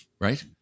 Right